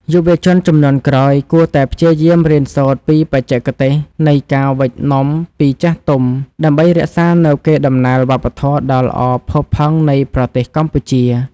យុវជនជំនាន់ក្រោយគួរតែព្យាយាមរៀនសូត្រពីបច្ចេកទេសនៃការវេចនំពីចាស់ទុំដើម្បីរក្សានូវកេរដំណែលវប្បធម៌ដ៏ល្អផូរផង់នៃប្រទេសកម្ពុជា។